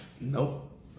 nope